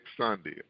Sunday